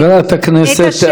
חברת הכנסת,